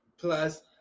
plus